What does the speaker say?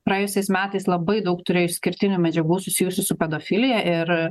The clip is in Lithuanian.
praėjusiais metais labai daug turėjo išskirtinių medžiagų susijusių su pedofilija ir